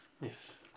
Yes